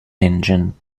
engine